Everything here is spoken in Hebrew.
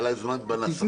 היה להם זמן בנסחות.